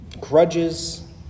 grudges